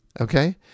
okay